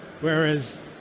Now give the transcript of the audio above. Whereas